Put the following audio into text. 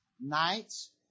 nights